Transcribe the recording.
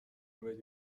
بدی